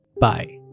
Bye